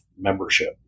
membership